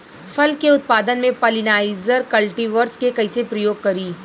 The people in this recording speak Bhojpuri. फल के उत्पादन मे पॉलिनाइजर कल्टीवर्स के कइसे प्रयोग करी?